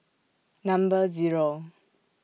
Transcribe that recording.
Number Zero